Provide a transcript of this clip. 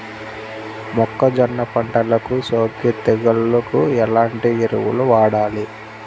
మొక్కజొన్న పంటలకు సోకే తెగుళ్లకు ఎలాంటి ఎరువులు వాడాలి?